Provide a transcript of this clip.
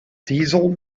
diesel